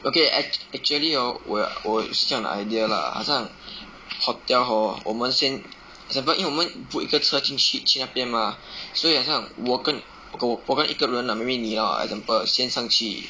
okay act~ actually hor 我我有这样的 idea lah 好像 hotel hor 我们先 settle 因为我们 book 一个车进去去那边 mah 所以好像我跟我跟一个人 lah maybe 你 loh example 先上去